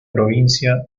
provincia